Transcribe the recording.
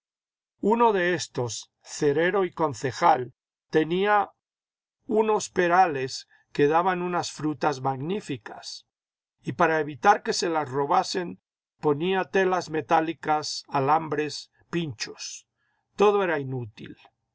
uno de éstos cerero y concejal tenía unos perales que daban unas frutas magníficas y para evitar que se las robasen ponía telas metálicas alambres pinchos todo era inútil